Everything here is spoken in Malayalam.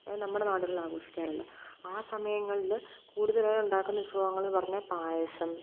എ നമ്മുടെ നാടുകളില് ആഘോഷിക്കാറുള്ളത് ആ സമയങ്ങളില് കൂടുതലായി ഉണ്ടാക്കുന്ന വിഭവങ്ങളെന്ന് പറഞ്ഞാല് പായസം